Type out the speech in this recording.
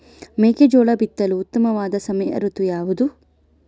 ಮೆಕ್ಕೆಜೋಳ ಬಿತ್ತಲು ಉತ್ತಮವಾದ ಸಮಯ ಋತು ಯಾವುದು?